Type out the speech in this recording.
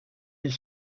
est